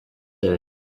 day